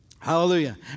Hallelujah